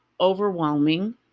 overwhelming